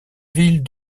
ville